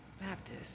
baptist